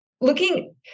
looking